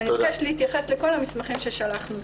אני מבקשת להתייחס לכל המסמכים ששלחנו.